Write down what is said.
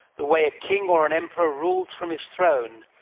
the way a king or an emperor rules from his throne.